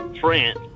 France